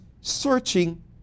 searching